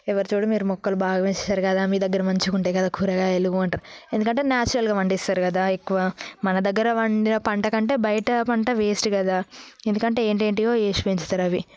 ఎవరు చూడు మీరు మొక్కలు బాగా పెంచుతారు కదా మీ దగ్గర మంచిగా ఉంటాయి కదా కూరగాయలు అంటారు ఎందుకంటే నాచురల్గా పండిస్తారు కదా ఎక్కువ మన దగ్గర పండిన పంట కంటే బయట పంట వేస్ట్ కదా ఎందుకంటే ఏంటేంటివో వేసి పెంచుతారు అవి